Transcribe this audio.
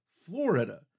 Florida